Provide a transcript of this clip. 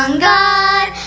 um god